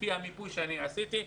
לפי המיפוי שאני עשיתי,